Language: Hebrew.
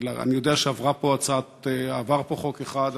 אני יודע שעבר פה חוק אחד,